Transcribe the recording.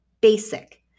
basic